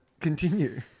continue